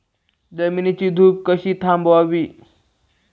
जमिनीची धूप कशी थांबवावी?